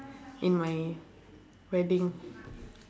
in my wedding